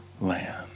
land